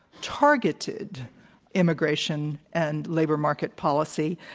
targeted immigration and labor market policy.